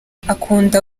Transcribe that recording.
akunda